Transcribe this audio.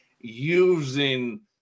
using